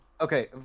Okay